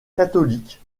catholiques